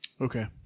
Okay